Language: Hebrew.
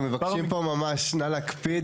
אנחנו מבקשים פה ממש, נא להקפיד.